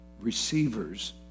receivers